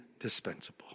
indispensable